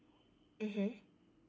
mmhmm